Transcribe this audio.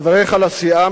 חבריך לסיעה,